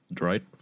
right